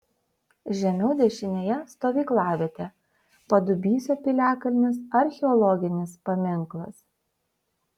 žemiau dešinėje stovyklavietė padubysio piliakalnis archeologinis paminklas